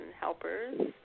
helpers